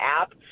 app